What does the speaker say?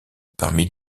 parmi